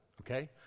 okay